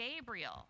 Gabriel